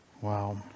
Wow